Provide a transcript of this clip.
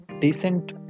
decent